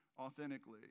authentically